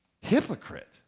Hypocrite